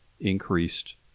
increased